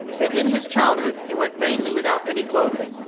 that in his childhood he went mainly without any clothing,